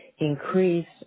increase